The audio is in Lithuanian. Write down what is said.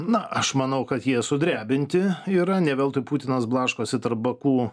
na aš manau kad jie sudrebinti yra ne veltui putinas blaškosi tarp baku